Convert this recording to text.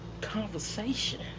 conversation